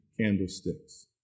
candlesticks